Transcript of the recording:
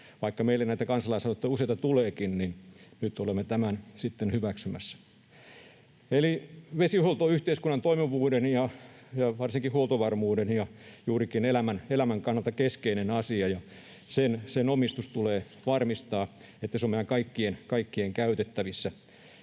Vaikka meille näitä kansalaisaloitteita useita tuleekin, niin nyt olemme kuitenkin sitten ensimmäisiä näistä hyväksymässä. Eli vesihuolto on yhteiskunnan toimivuuden ja varsinkin huoltovarmuuden ja juurikin elämän kannalta keskeinen asia, ja sen omistus tulee varmistaa, niin että se on meidän kaikkien käytettävissä.